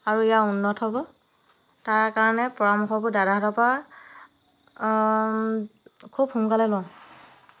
আৰু ইয়াৰ উন্নত হ'ব তাৰ কাৰণে পৰামৰ্শবোৰ দাদাহেঁতৰ পৰা খুব সোনকালে লওঁ